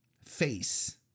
face